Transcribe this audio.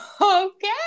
Okay